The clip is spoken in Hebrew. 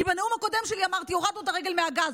כי בנאום הקודם שלי אמרתי: הורדנו את הרגל מהגז.